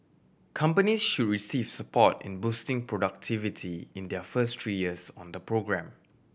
companies should receive support in boosting productivity in their first three years on the programme